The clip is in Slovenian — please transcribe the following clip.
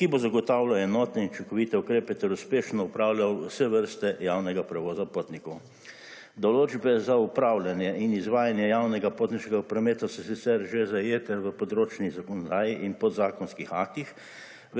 ki bo zagotavljal enotne in učinkovite ukrepe ter uspešno upravljal vse vrste javnega prevoza potnikov. Določbe za upravljanje in izvajanje javnega potniškega prometa so sicer že zajete v področni zakonodaji in podzakonskih aktih,